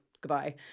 Goodbye